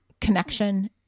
connection